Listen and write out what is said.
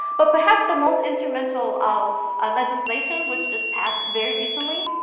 but perhaps the most instrumental um ah legislation, which just passed very recently,